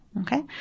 Okay